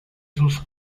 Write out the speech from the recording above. sus